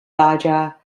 baja